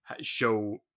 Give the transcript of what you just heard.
show